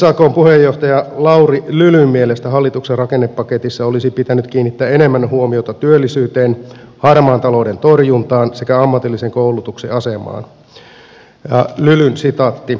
sakn puheenjohtaja lauri lylyn mielestä hallituksen rakennepaketissa olisi pitänyt kiinnittää enemmän huomiota työllisyyteen harmaan talouden torjuntaan sekä ammatillisen koulutuksen asemaan